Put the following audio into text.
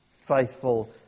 faithful